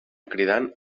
cridant